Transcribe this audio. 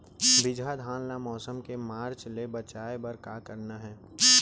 बिजहा धान ला मौसम के मार्च ले बचाए बर का करना है?